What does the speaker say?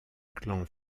clan